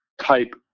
type